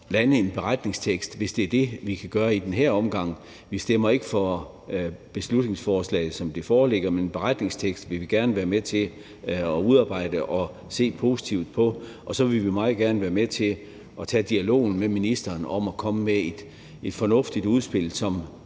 lande en beretningstekst, hvis det er det, vi kan gøre i den her omgang. Vi stemmer ikke for beslutningsforslaget, som det foreligger, men en beretningstekst vil vi gerne være med til at udarbejde og se positivt på. Og så vil vi meget gerne være med til at tage dialogen med ministeren om at komme med et fornuftigt udspil,